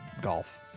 golf